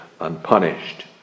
unpunished